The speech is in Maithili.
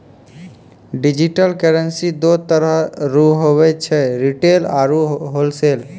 डिजिटल करेंसी दो तरह रो हुवै छै रिटेल आरू होलसेल